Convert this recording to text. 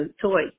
toy